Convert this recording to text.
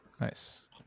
Nice